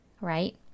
Right